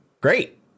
great